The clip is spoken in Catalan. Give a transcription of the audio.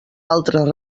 altres